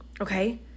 okay